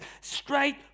straight